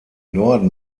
norden